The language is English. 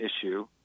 issue